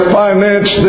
finance